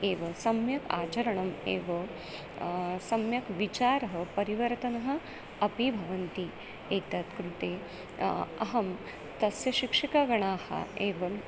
एव सम्यक् आचरणम् एव सम्यक् विचारः परिवर्तनम् अपि भवन्ति एतत् कृते अहं तस्य शिक्षिकगणाः एवम्